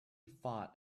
fought